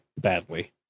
badly